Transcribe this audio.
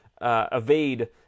evade